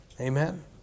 Amen